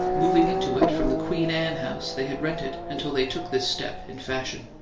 moving into it from the queen anne house they had rented until they took this step in fashion.